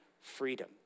freedom